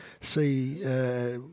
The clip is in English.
see